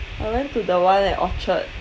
I went to the one at orchard